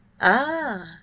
Ah